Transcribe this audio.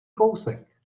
kousek